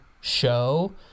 show